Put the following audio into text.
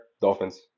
Dolphins